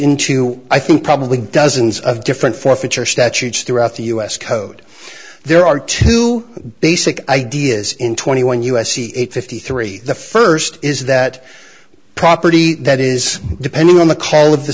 into i think probably dozens of different forfeiture statutes throughout the u s code there are two basic ideas in twenty one u s c eight fifty three the first is that property that is dependent on the call of the